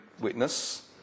witness